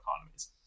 economies